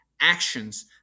actions